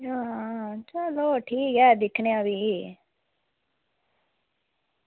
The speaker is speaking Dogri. आं चलो ठीक ऐ दिक्खने आं भी